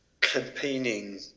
campaigning